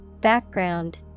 background